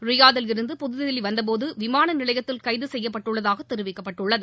ரியாதில் இருந்து புதுதில்லி வந்தபோது விமான நிலையத்தில் கைது செய்யப்பட்டுள்ளதாக தெரிவிக்கப்பட்டுள்ளது